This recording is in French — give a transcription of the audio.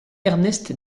ernest